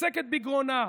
מצקצקת בגרונה,